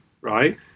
right